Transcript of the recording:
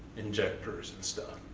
injectors, and stuff.